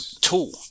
tool